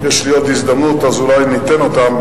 יש לי עוד הזדמנות, אז אולי ניתן אותן.